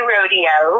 Rodeo